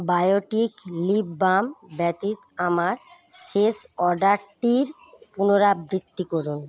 Biotique lip balm ব্যতীত আমার শেষ অর্ডারটির পুনরাবৃত্তি করুন